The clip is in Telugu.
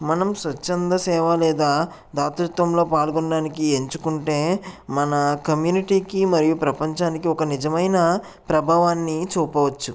మనం స్వచ్ఛంద సేవ లేదా దాతృత్వంలో పాల్గొనడానికి ఎంచుకుంటే మన కమ్యూనిటీకి మరియు ప్రపంచానికి ఒక నిజమైన ప్రభావాన్ని చూపవచ్చు